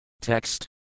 Text